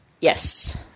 Yes